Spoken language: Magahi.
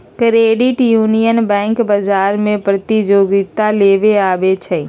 क्रेडिट यूनियन बैंक बजार में प्रतिजोगिता लेके आबै छइ